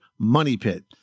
MONEYPIT